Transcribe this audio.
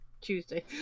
Tuesday